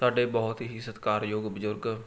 ਸਾਡੇ ਬਹੁਤ ਹੀ ਸਤਿਕਾਰਯੋਗ ਬਜ਼ੁਰਗ